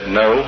no